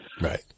Right